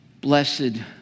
blessed